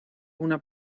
una